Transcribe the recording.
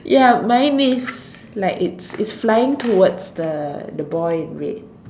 ya mine is like it's it's flying towards the the boy in red